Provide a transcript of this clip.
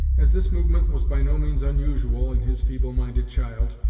as this movement was by no means unusual in his feeble-minded child,